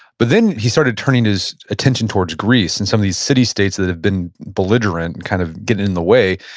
but then, he started turning his attention towards greece and some of these city states that have been belligerent and kind of getting in the way,